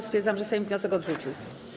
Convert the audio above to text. Stwierdzam, że Sejm wniosek odrzucił.